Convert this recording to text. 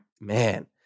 man